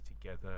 together